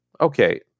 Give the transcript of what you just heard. Okay